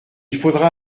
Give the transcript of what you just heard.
faudra